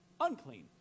unclean